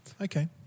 Okay